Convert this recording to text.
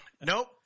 Nope